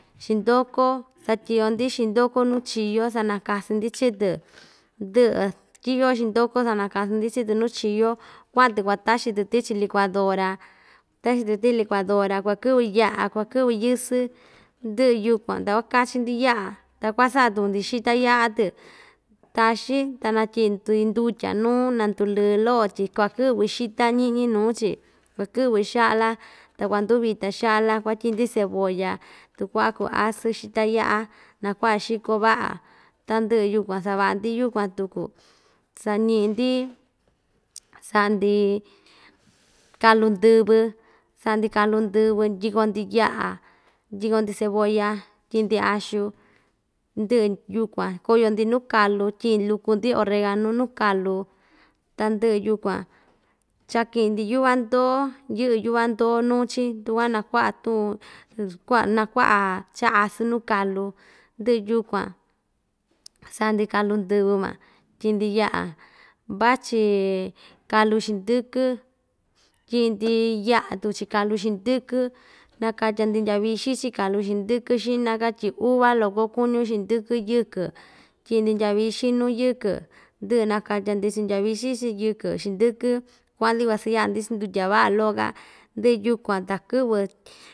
Xindoko satyiꞌyo‑ndi xindoko nuu chio sanakasun‑ndi chii‑tɨ ndɨꞌɨ tyiꞌyo xindoko sanakasun‑ndi chii‑tɨ nuu chio kuaꞌan‑tɨ kuataxin‑tɨ tichi licuadora taxin‑tɨ tiii licuadora kua kɨꞌvɨ yaꞌa kuakɨꞌvɨ yɨsɨ ndɨꞌɨ yukuan ta kuakachi‑ndi yaꞌa ta kuasaꞌa tuku ‑ndi xiya yaꞌa‑tɨtaxin ta natyiꞌi tui ndutya nuu na nduu lɨɨ loꞌo tyi kuakɨꞌvɨ xita ñiꞌñi nuu‑chi kuakɨꞌvɨ xaꞌla ta kuanduu vita xaꞌla kuatyiꞌi‑ndi cebolla tukuaꞌa kuasɨn xita yaꞌa nakuaꞌa xiko vaꞌa tandɨꞌɨ yukuan savaꞌa‑ndi yukuan tuku sañiꞌi‑ndi saꞌa‑ndi kalu ndɨvɨ saꞌa‑ndi kalu ndɨvɨ ndyiko‑ndi yaꞌa ndyiko‑ndi cebolla tyiꞌi‑ndi axu ndɨꞌɨ yukuan koyo‑ndi nuu kalu tyiꞌi luku‑ndi oreganu nuu kalu ta ndɨꞌɨ yukuan chakiꞌi‑ndi yuvando yɨꞌɨ yuvando nuu‑chi tukua nakuaꞌa tuu kuaꞌa nakuaꞌa cha asɨn nu kalu ndɨꞌɨ yukuan saꞌa‑ndi kalu ndɨvɨ van tyiꞌi‑ndi yaꞌa vachi kalu xindɨkɨ tyiꞌi‑ndi yaꞌa tu chi kalu xindɨkɨ nakatya‑ndi ndyavixin chiꞌin kalu xindɨkɨ xiꞌna‑ka tyi uva loko kuñu xindɨkɨ yɨkɨ tyiꞌi‑ndi ndyavixin nuu yɨkɨ ndɨꞌɨ nakatya‑ndi chiꞌin ndyavixin chiꞌin yɨkɨ xindɨkɨ kuaꞌa‑ndi kuasayaꞌa‑ndi chiꞌin ndutya vaꞌa loꞌo‑ka ndɨꞌɨ yukuan ta kɨꞌvɨ.